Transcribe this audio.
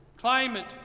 climate